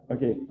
Okay